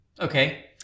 okay